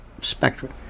spectrum